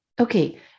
Okay